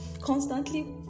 Constantly